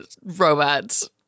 robots